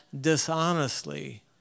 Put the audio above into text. dishonestly